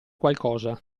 qualcosa